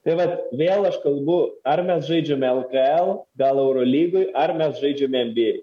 tai vat vėl aš kalbu ar mes žaidžiame el ka el gal eurolygoj ar mes žaidžiame en by ei